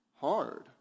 hard